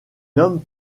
homme